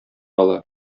ала